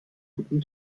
guten